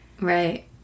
right